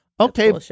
Okay